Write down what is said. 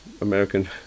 American